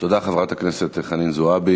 תודה, חברת הכנסת חנין זועבי.